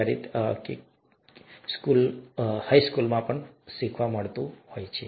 જે ફરી ક્યારેક હાઈસ્કૂલમાં શીખવા મળે છે